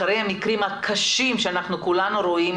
אחרי המקרים הקשים שאנחנו כולנו רואים,